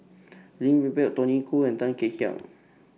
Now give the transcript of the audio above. Peng Tony Khoo and Tan Kek Hiang